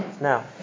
Now